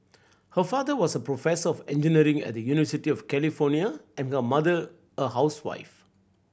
her father was a professor of engineering at the University of California and her mother a housewife